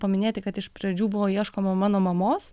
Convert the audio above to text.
paminėti kad iš pradžių buvo ieškoma mano mamos